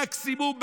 מקסימום,